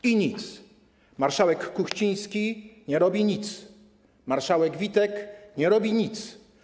I nic. Marszałek Kuchciński nie robi nic, marszałek Witek nie robi nic.